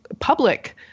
public